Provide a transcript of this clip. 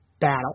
battle